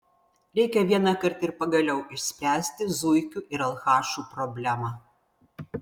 reikia vienąkart ir pagaliau išspręsti zuikių ir alchašų problemą